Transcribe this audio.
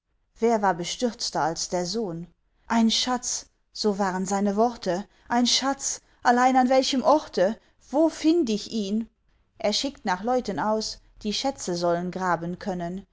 wer war bestürzter als der sohn ein schatz so waren seine worte ein schatz allein an welchem orte wo find ich ihn er schickt nach leuten aus die schätze sollen graben können